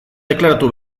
deklaratu